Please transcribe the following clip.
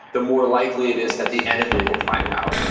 the more likely it is that the enemy will find out.